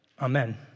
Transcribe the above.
Amen